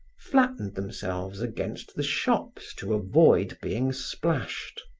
flattened themselves against the shops to avoid being splashed.